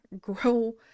grow